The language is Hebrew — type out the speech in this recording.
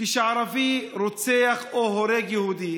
כשערבי רוצח או הורג יהודי